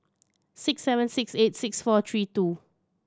six seven six eight six four three two